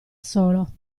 solo